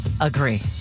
Agree